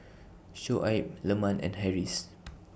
Shoaib Leman and Harris